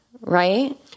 Right